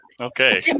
okay